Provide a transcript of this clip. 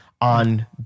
on